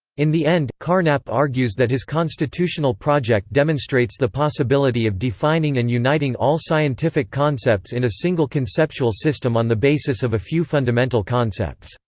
in the end, carnap argues that his constitutional project demonstrates the possibility of defining and uniting all scientific concepts in a single conceptual system on the basis of a few fundamental concepts.